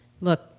look